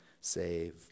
save